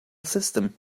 system